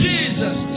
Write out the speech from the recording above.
Jesus